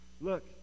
look